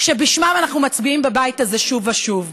שבשמם אנחנו מצביעים בבית הזה שוב ושוב.